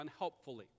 unhelpfully